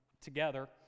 together